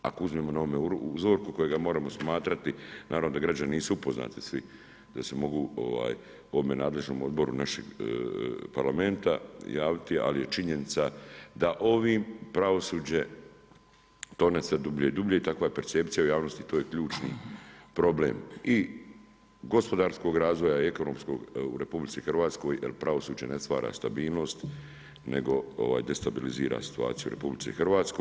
Ako uzmemo na ovome uzorku kojega moramo smatrati naravno da građani nisu upoznati svi, da se mogu ovome nadležnom odboru našeg Parlamenta javiti ali je činjenica da ovim pravosuđe tone sve dublje i dublje, takva je percepcija u javnosti, to je ključni problem i gospodarskog razvoja i ekonomskog u RH jer pravosuđe ne stvara stabilnost nego destabilizira situaciju u RH.